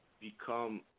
become